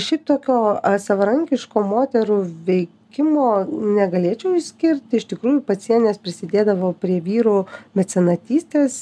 šiaip tokio savarankiško moterų veikimo negalėčiau išskirti iš tikrųjų pacienės prisidėdavo prie vyrų mecenatystės